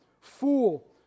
Fool